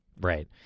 Right